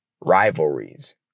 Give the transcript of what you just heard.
rivalries